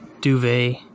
duvet